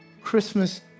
Christmas